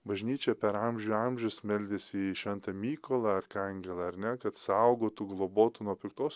bažnyčia per amžių amžius meldėsi į šventą mykolą arkangelą ar ne kad saugotų globotų nuo piktos